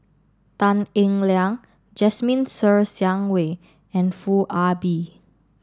tan Eng Liang Jasmine Ser Xiang Wei and Foo Ah Bee